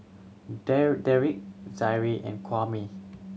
Dedric Zaire and Kwame